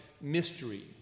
mystery